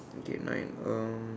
okay nine um